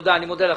אני מודה לך.